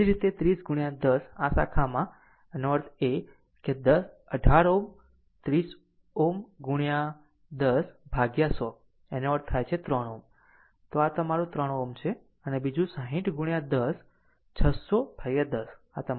એ જ રીતે 30 ગુણ્યા 10 આ શાખા આ તેનો અર્થ એ કે આ 18 Ω 30 ગુણ્યા 10 વિભાજિત 100 માં અર્થ થાય છે આ 3 Ω આ છે તે આ તમારું 3 Ω છે અને બીજું 60 ગુણ્યા 10 600100 છે જે તમારા 6 Ω છે